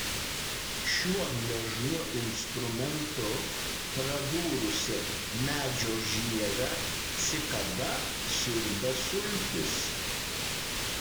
šiuo gležnu instrumentu pradūrusi medžio žievę cikada siurbia sultis